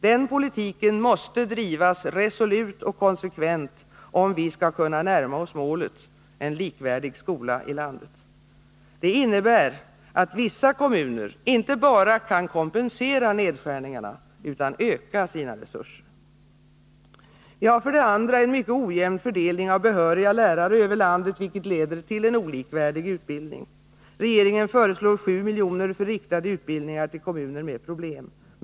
Den politiken måste drivas resolut och konsekvent om vi skall kunna närma oss målet — en likvärdig skola i landet. Det innebär att vissa kommuner inte bara kan kompensera nedskärningarna utan också kan öka sina resurser. Vi har för det andra en mycket ojämn fördelning av behöriga lärare över landet, vilket leder till en olikvärdig utbildning. Regeringen föreslår 7 miljoner för riktade utbildningar till kommuner med problem.